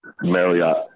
Marriott